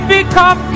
become